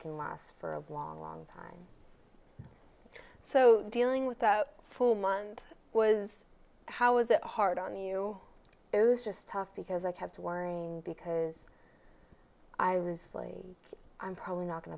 can last for a long long time so dealing with a full month was how was it hard on you it was just tough because i kept worrying because i was like i'm probably not going